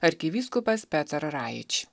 arkivyskupas peter raič